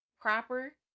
proper